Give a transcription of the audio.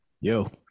Yo